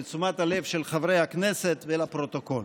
לתשומת הלב של חברי הכנסת ולפרוטוקול.